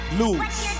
lose